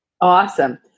Awesome